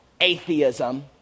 atheism